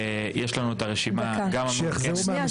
ויש לנו את הרשימה גם --- שנייה,